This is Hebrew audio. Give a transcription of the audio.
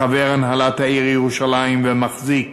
חבר הנהלת העיר ירושלים ומחזיק